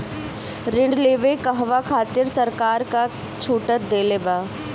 ऋण लेवे कहवा खातिर सरकार का का छूट देले बा?